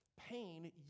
Pain